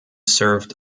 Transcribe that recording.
served